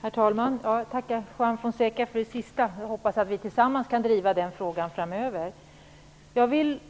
Herr talman! Jag tackar Juan Fonseca för det sista. Jag hoppas att vi tillsammans kan driva frågan framöver.